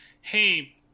hey